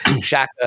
Shaka